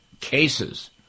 cases